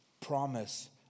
promise